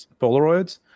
Polaroids